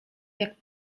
jak